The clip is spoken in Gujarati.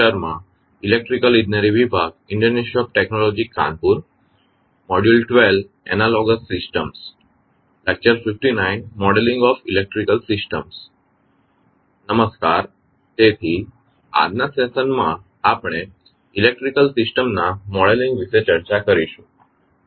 નમસ્કાર તેથી આજના સેશન માં આપણે ઇલેક્ટ્રીકલ સિસ્ટમ ના મોડેલિંગ વિશે ચર્ચા કરીશું